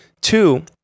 Two